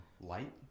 Light